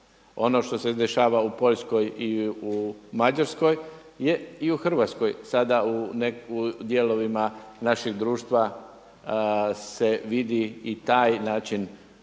Ono što se dešava u Poljskoj i u Mađarskoj je i u Hrvatskoj sada u dijelovima našeg društva se vidi i taj način